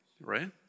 right